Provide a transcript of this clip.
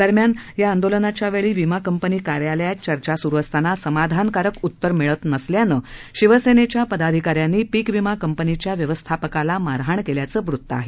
दरम्यान या आंदोलनाच्यावेळी वीमा कंपनी कार्यालयात चर्चा सुरु असताना समाधानकारक उत्तरं मिळत नसल्यानं शिवसेनेच्या पदाधिकाऱ्यांनी पीकविमा कंपनीच्या व्यवस्थापकाला मारहाण केल्याचं वृत्त आहे